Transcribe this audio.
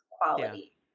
quality